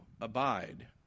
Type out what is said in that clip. abide